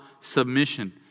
submission